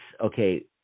okay